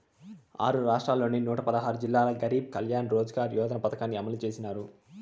ఆరు రాష్ట్రాల్లోని నూట పదహారు జిల్లాల్లో గరీబ్ కళ్యాణ్ రోజ్గార్ యోజన పథకాన్ని అమలు చేసినారు